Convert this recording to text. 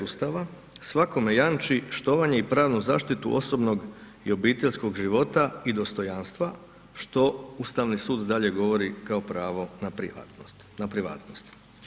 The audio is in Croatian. Ustava svakome jamči štovanje i pravnu zaštitu osobnog i obiteljskog života i dostojanstva što Ustavni sud dalje govori kao pravo na privatnost.